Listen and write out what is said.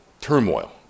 turmoil